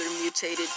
mutated